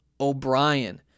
O'Brien